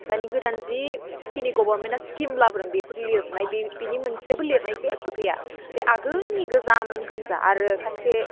दानि गोदान जिखिनि गभारमेन्टना स्किम लाबोदों बिफोर लिरनाय बे बिनि मोनसेबो लिरनाय जेब्बो गैआ बे आगोलनि गोजाम गोनजा आरो खायसे